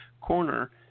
corner